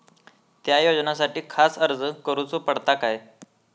त्या योजनासाठी खास अर्ज करूचो पडता काय?